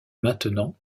maintenant